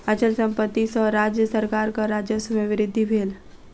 अचल संपत्ति सॅ राज्य सरकारक राजस्व में वृद्धि भेल